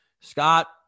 Scott